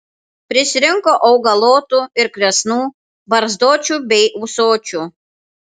prisirinko augalotų ir kresnų barzdočių bei ūsočių